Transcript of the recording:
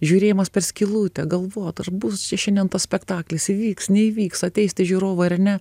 žiūrėjimas per skylutę galvot ar bus šiandien tas spektaklis įvyks neįvyks ateis tie žiūrovai ar ne